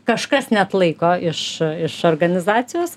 kažkas neatlaiko iš iš organizacijos